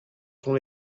sont